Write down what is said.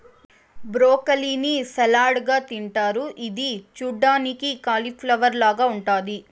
broccoli ని salad గా తింటారు ఇది చూడ్డానికి కాలిఫ్లవర్ లాగ ఉంటాది